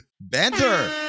Banter